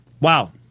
Wow